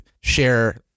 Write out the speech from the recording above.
share